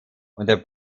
unter